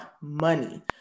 money